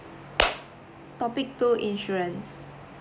topic two insurance